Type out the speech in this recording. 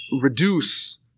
reduce